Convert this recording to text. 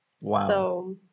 wow